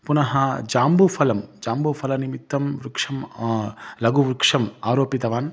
पुनः जम्बूफलम् जम्बूफलनिमित्तं वृक्षं लघुवृक्षम् आरोपितवान्